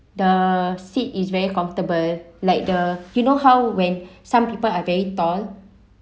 the seat is very comfortable like the you know how when some people are very tall